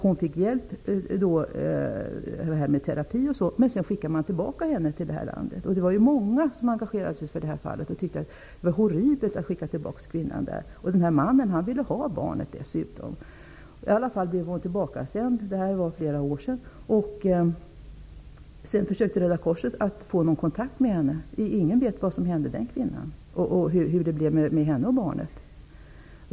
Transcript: Hon fick hjälp med terapi, men sedan skickade man tillbaka henne till det här landet. Det var många som engagerade sig i fallet och tyckte att det var horribelt att skicka tillbaka kvinnan. Den här mannen ville dessutom ha barnet. I alla fall blev hon tillbakasänd. Det här var flera år sedan. Röda korset försökte sedan att få kontakt med henne. Ingen vet vad som hände den kvinnan eller hur det blev med henne och barnet.